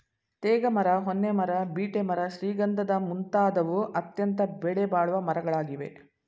ತೇಗ ಮರ, ಹೊನ್ನೆ ಮರ, ಬೀಟೆ ಮರ ಶ್ರೀಗಂಧದ ಮುಂತಾದವು ಅತ್ಯಂತ ಬೆಲೆಬಾಳುವ ಮರಗಳಾಗಿವೆ